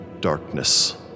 darkness